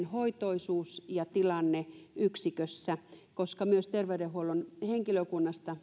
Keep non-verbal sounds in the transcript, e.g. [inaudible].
[unintelligible] hoitoisuus ja tilanne yksikössä koska myös terveydenhuollon henkilökunnasta